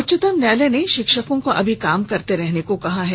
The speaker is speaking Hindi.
उच्चतम न्यायालय ने शिक्षकों को अभी काम करते रहने को कहा है